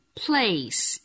place